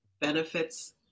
benefits